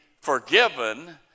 forgiven